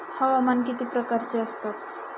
हवामान किती प्रकारचे असतात?